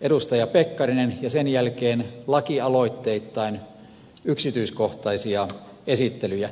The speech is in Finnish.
edustaja pekkarinen ja sen jälkeen seuraa lakialoitteittain yksityiskohtaisia esittelyjä